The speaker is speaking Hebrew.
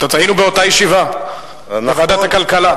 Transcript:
היינו באותה ישיבה בוועדת הכלכלה.